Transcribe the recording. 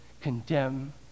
condemn